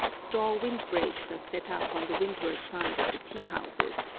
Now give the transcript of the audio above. straw wind-breaks are set up on the windward side of the tea-houses,